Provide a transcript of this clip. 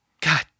God